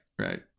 Right